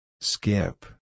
Skip